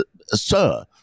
sir